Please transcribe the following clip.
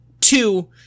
Two